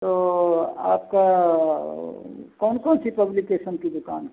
तो आपका वो कौन कौन सी पब्लिकेसन की दुकान है